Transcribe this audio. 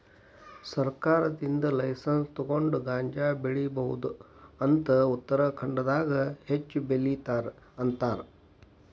ಸರ್ಕಾರದಿಂದ ಲೈಸನ್ಸ್ ತುಗೊಂಡ ಗಾಂಜಾ ಬೆಳಿಬಹುದ ಅಂತ ಉತ್ತರಖಾಂಡದಾಗ ಹೆಚ್ಚ ಬೆಲಿತಾರ ಅಂತಾರ